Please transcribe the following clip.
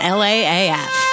laaf